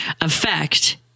effect